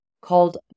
called